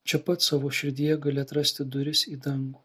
čia pat savo širdyje gali atrasti duris į dangų